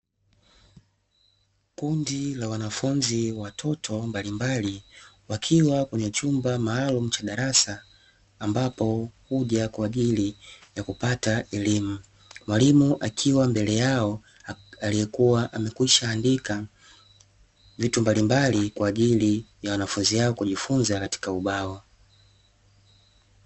Kundi la wanafunzi watoto mbalimbali, wakiwa kwenye chumba maalumu cha darasa ambapo wamekuja kwa ajili ya kupata elimu. Mwalimu akiwa mbele yao amekuwa amekwisha andika vitu mbalimbali kwa ajili ya wanafunzi hao kujifunza katika ubao.